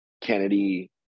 Kennedy